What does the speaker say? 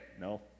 No